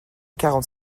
quarante